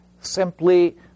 simply